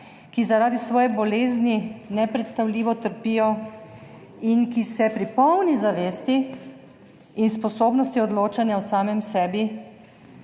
ki zaradi svoje bolezni nepredstavljivo trpijo in ki se pri polni zavesti in sposobnosti odločanja o samem sebi